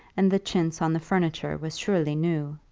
and the chintz on the furniture was surely new.